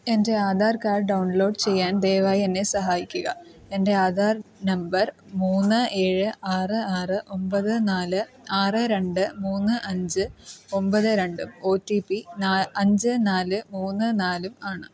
എൻ്റെ Aadhaar card download ചെയ്യാൻ ദയവായി എന്നെ സഹായിക്കുക എൻ്റെ ആധാർ നമ്പർ മൂന്ന് ഏഴ് ആറ് ആറ് ഒൻപത് നാല് ആറ് രണ്ട് മൂന്ന് അഞ്ച് ഒൻപത് രണ്ട് ഒ ടി പി അഞ്ച് നാല് മൂന്ന് നാലും ആണ്